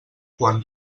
quan